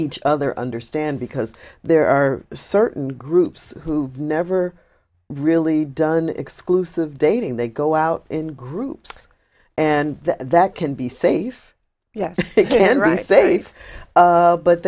each other understand because there are certain groups who've never really done exclusive dating they go out in groups and that can be safe yeah